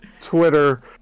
Twitter